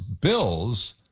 Bills